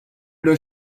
does